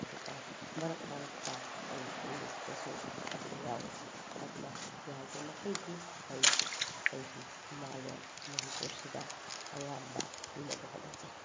ꯑꯗꯨꯒ ꯃꯔꯛ ꯃꯔꯛꯇ ꯑꯩ ꯏꯪꯂꯤꯁꯇꯁꯨ ꯑꯗꯨꯝ ꯌꯥꯎꯋꯤ ꯑꯗꯨꯅ ꯌꯥꯔꯤꯕ ꯃꯈꯩꯗꯤ ꯑꯩ ꯑꯩꯒꯤ ꯏꯃꯥꯂꯣꯟ ꯃꯅꯤꯄꯨꯔꯁꯤꯗ ꯑꯌꯥꯝꯕ ꯏꯅꯕ ꯍꯣꯠꯅꯖꯩ